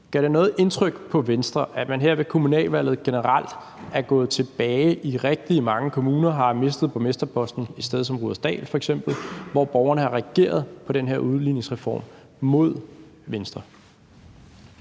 Gør det noget indtryk på Venstre, at man her ved kommunalvalget generelt er gået tilbage i rigtig mange kommuner og har mistet borgmesterposten et sted som i f.eks. Rudersdal, hvor borgerne har reageret mod Venstre i forbindelse med den her